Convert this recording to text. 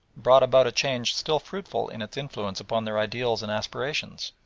brought about a change still fruitful in its influence upon their ideals and aspirations.